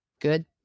good